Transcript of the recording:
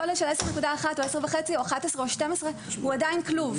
10.5 או 11 או 12, הוא עדיין כלוב.